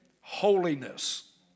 Holiness